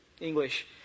English